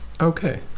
Okay